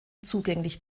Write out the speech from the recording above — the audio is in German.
zugänglich